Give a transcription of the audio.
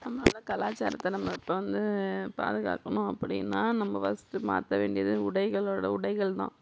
நம்ம வந்து கலாச்சாரத்தை நம்ம இப்போ வந்து பாதுகாக்கணும் அப்படின்னா நம்ம ஃபர்ஸ்ட்டு மாற்ற வேண்டியது உடைகளோட உடைகள் தான்